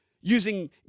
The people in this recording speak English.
using